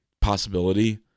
possibility